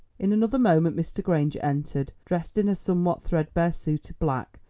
in another moment mr. granger entered, dressed in a somewhat threadbare suit of black,